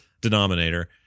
denominator